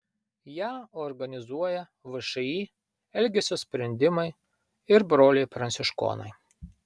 ją organizuoja všį elgesio sprendimai ir broliai pranciškonai